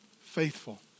faithful